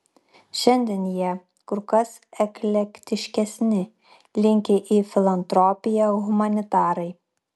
šiandien jie kur kas eklektiškesni linkę į filantropiją humanitarai